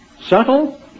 Subtle